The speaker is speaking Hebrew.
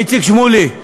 איציק שמולי,